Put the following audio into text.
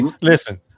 Listen